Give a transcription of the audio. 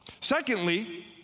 Secondly